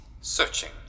Searching